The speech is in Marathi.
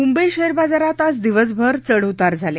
मुंबई शेअर बाजारात आज दिवसभर चढउतार झाले